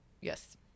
Yes